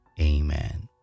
Amen